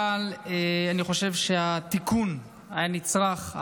אבל אני חושב שהתיקון היה נצרך.